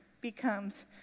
becomes